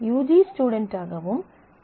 G ஸ்டுடென்ட்டாகவும் P